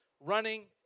running